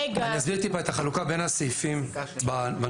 אני אסביר טיפה את החלוקה בין הסעיפים בנוסח.